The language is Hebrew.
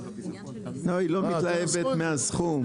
לא, היא לא מתלהבת מהסכום.